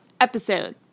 episode